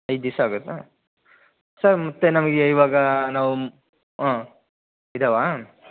ಐದು ದಿವಸ ಆಗುತ್ತಾ ಸರ್ ಮತ್ತು ನಮಗೆ ಈವಾಗ ನಾವು ಹಾಂ ಇದ್ದಾವಾ